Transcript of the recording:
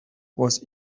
was